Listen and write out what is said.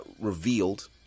revealed